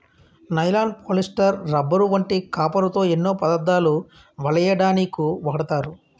nylon, polyester, rubber వంటి కాపరుతో ఎన్నో పదార్ధాలు వలెయ్యడానికు వాడతారు